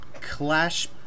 clash